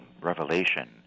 revelation